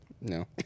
No